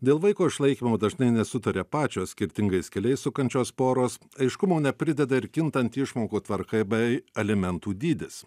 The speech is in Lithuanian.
dėl vaiko išlaikymo dažnai nesutaria pačios skirtingais keliais sukančios poros aiškumo neprideda ir kintanti išmokų tvarka bei alimentų dydis